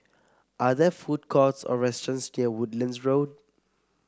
are there food courts or restaurants near Woodlands Road